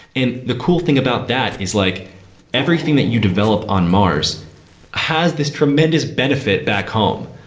and the cool thing about that is like everything that you develop on mars has this tremendous benefit back home.